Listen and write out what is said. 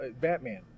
batman